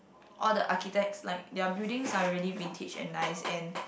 all the architects like their buildings are really vintage and nice and